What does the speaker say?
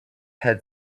had